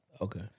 Okay